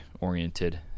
oriented